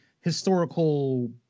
historical